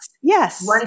yes